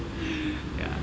ya